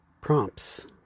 prompts